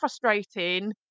frustrating